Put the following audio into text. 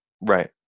Right